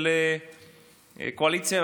של קואליציה